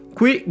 qui